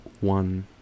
one